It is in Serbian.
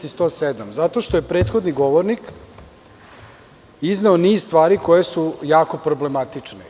Član 106. i 107, zato što je prethodni govornik izneo niz stvari koje su jako problematične.